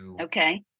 Okay